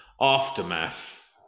aftermath